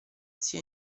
sia